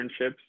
internships